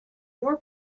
your